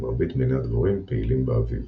מרבית מיני הדבורים פעילים באביב.